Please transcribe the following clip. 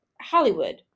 Hollywood